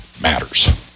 matters